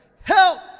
Help